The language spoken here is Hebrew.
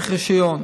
צריך רישיון